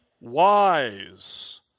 wise